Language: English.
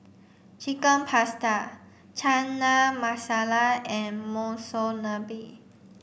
chicken Pasta Chana Masala and Monsunabe